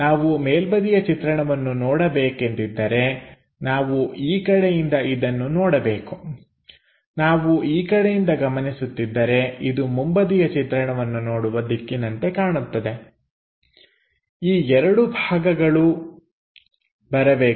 ನಾವು ಮೇಲ್ಬದಿಯ ಚಿತ್ರಣವನ್ನು ನೋಡಬೇಕೆಂದಿದ್ದರೆ ನಾವು ಈ ಕಡೆಯಿಂದ ಇದನ್ನು ನೋಡಬೇಕು ನಾವು ಈ ಕಡೆಯಿಂದ ಗಮನಿಸುತ್ತಿದ್ದರೆ ಇದು ಮುಂಬದಿಯ ಚಿತ್ರಣವನ್ನು ನೋಡುವ ದಿಕ್ಕಿನಂತೆ ಕಾಣುತ್ತದೆ ಈ ಎರಡು ಭಾಗಗಳು ಬರಬೇಕು